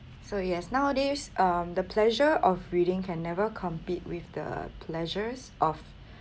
so yes nowadays um the pleasure of reading can never compete with the pleasures of